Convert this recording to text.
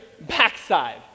backside